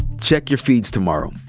check your feeds tomorrow.